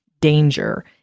danger